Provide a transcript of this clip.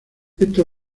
esta